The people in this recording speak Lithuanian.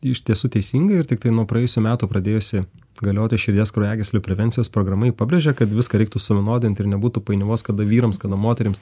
iš tiesų teisingai ir tiktai nuo praėjusių metų pradėjusi galioti širdies kraujagyslių prevencijos programa ji pabrėžė kad viską reiktų suvienodint ir nebūtų painiavos kada vyrams kada moterims